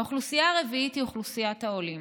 האוכלוסייה הרביעית היא אוכלוסיית העולים.